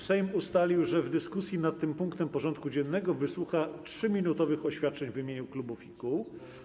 Sejm ustalił, że w dyskusji nad tym punktem porządku dziennego wysłucha 3-minutowych oświadczeń w imieniu klubów i kół.